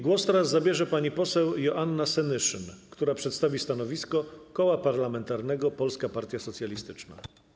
Głos zabierze pani poseł Joanna Senyszyn, która przedstawi stanowisko Koła Parlamentarnego Polska Partia Socjalistyczna.